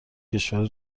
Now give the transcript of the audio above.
کشور